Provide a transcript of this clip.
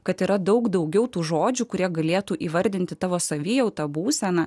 kad yra daug daugiau tų žodžių kurie galėtų įvardinti tavo savijautą būseną